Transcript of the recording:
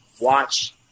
watch